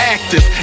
Active